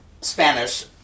Spanish